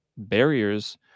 barriers